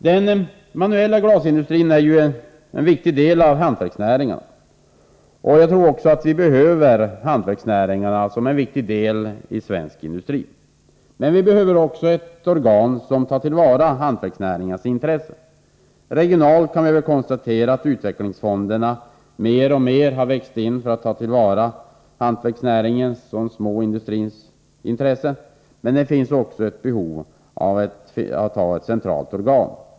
Den manuella glasindustrin är ju en viktig del av hantverksnäringarna, och vi behöver hantverksnäringarna som en viktig del av svensk industri. Men vi behöver också ett organ som tar till vara hantverksnäringarnas intressen. Vi kan konstatera att utvecklingsfonderna regionalt har vuxit in i uppgiften att ta till vara hantverksnäringens och de små industriernas intressen, men det finns också ett behov av ett centralt organ.